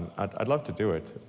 i'd love to do it,